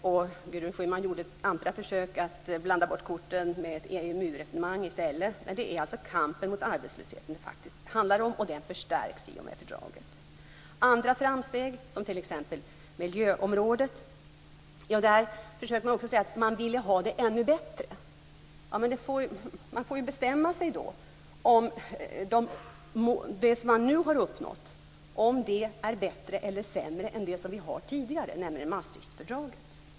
Gudrun Schyman gjorde också försök att blanda bort korten med ett EMU resonemang i stället. Men det är faktiskt kampen mot arbetslösheten det handlar om, och den förstärks i och med fördraget. När det gäller andra framsteg, t.ex. på miljöområdet, försöker man säga att man ville ha det ännu bättre. Men man får ju bestämma sig för om man tycker att det som vi nu har uppnått är bättre eller sämre än det som vi har sedan tidigare, nämligen Maastrichtfördraget.